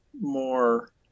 more